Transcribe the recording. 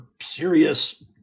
serious